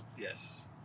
Yes